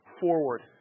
forward